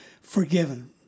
forgiven